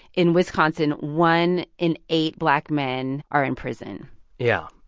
in wisconsin, one in eight black men are in prison yeah.